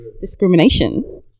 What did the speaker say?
Discrimination